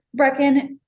Brecken